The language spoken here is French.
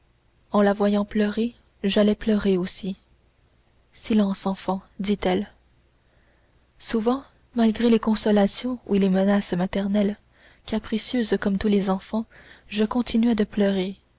en la voyant pleurer j'allais pleurer aussi silence enfant dit-elle souvent malgré les consolations ou les menaces maternelles capricieuse comme tous les enfants je continuais de pleurer